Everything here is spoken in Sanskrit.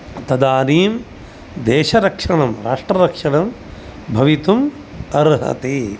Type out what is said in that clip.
तदानीं देशरक्षणं राष्ट्ररक्षणं भवितुम् अर्हति